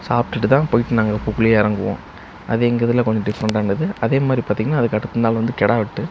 சாப்பிட்டுட்டு தான் போயிட்டு நாங்கள் பூக்குழியே இறங்குவோம் அது எங்கள் இதில் கொஞ்சம் டிஃபரெண்டாக இருந்தது அதே மாதிரி பார்த்தீங்கன்னா அதுக்கு அடுத்த நாள் வந்து கிடா வெட்டு